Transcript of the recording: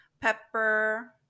pepper